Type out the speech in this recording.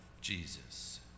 Jesus